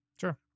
Sure